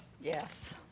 Yes